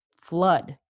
flood